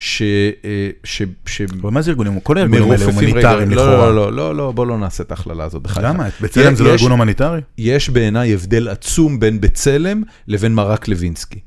ש..במה זה ארגונים? הוא כל הארגונים הומניטריים לכאורה. לא, בואו לא נעשה את ההכללה הזאת בחייך. למה? בצלם זה לא ארגון הומניטרי? יש בעיניי הבדל עצום בין בצלם לבין מרק לווינסקי.